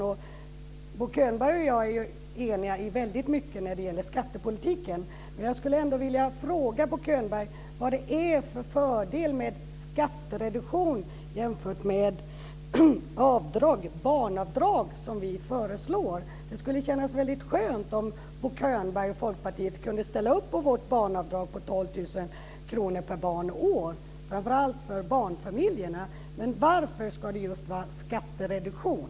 Bo Könberg och jag är ju eniga i väldigt mycket när det gäller skattepolitiken, men jag skulle ändå vilja fråga honom vad det är för fördel med skattereduktion jämfört med barnavdrag, som vi föreslår. Det skulle kännas väldigt skönt om Bo Könberg och Folkpartiet kunde ställa upp på vårt barnavdrag på 12 000 kr per barn och år, framför allt för barnfamiljerna. Varför ska det just vara skattereduktion?